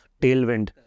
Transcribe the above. tailwind